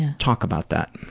and talk about that.